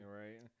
right